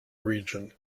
region